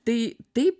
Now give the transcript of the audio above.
tai taip